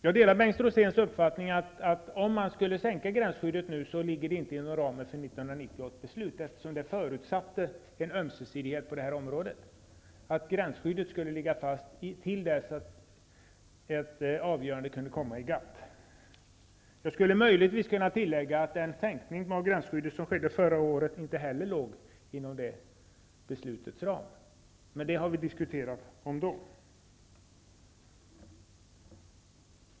Jag delar Bengt Roséns uppfattning att en sänkning av gränsskyddet inte ligger inom ramen för 1990 års beslut, eftersom det förutsatte en ömsesidighet på det här området, att gränsskyddet skulle ligga fast till dess ett avgörande kunde komma i GATT. Jag skulle naturligtvis kunna tillägga att den sänkning av gränsskyddet som skedde förra året inte heller låg inom det beslutets ram, men det har vi diskuterat förut.